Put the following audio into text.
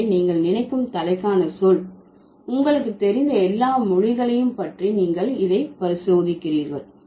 எனவே நீங்கள் நினைக்கும் தலைக்கான சொல் உங்களுக்கு தெரிந்த எல்லா மொழிகளையும் பற்றி நீங்கள் இதை பரிசோதிக்கிறீர்கள்